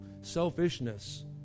selfishness